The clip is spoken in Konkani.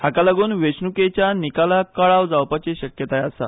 हाकालागून वेंचणूकेच्या निकालाक कळाव जावपाची शक्यताय आसा